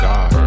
God